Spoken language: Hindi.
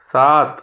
सात